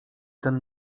ten